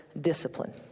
discipline